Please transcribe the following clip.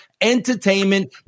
entertainment